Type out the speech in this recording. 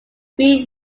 three